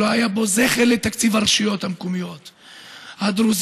שלא היה בו זכר לתקציב הרשויות המקומיות הדרוזיות,